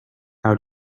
how